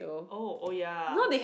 oh oh ya